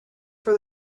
for